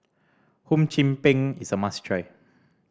Hum Chim Peng is a must try